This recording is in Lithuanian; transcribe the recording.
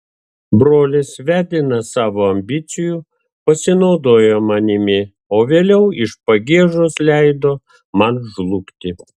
brolis vedinas savo ambicijų pasinaudojo manimi o vėliau iš pagiežos leido man žlugti